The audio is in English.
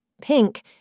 Pink